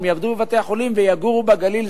הם ירדו לבתי-החולים ויגורו בגליל.